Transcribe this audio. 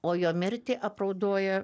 o jo mirtį apraudojo